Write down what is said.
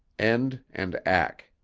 end and ack